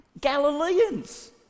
Galileans